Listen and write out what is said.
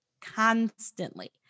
constantly